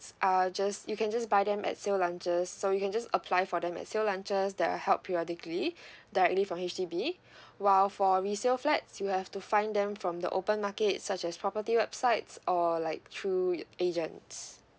are just you can just buy them at sale launches so you can just apply for them at sale launches that are held periodically directly from H_D_B while for resale flats you have to find them from the open market such as property websites or like through agents